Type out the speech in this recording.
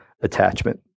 attachment